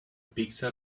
pixel